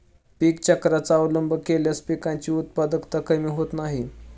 पीक चक्राचा अवलंब केल्यास पिकांची उत्पादकता कमी होत नाही